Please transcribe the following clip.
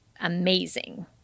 amazing